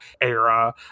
era